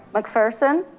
mcpherson,